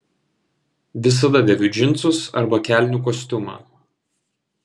visada dėviu džinsus arba kelnių kostiumą